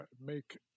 make